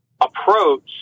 approach